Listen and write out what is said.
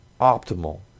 optimal